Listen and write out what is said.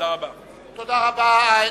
תודה רבה.